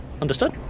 Understood